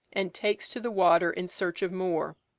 and takes to the water in search of more.